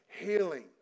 healing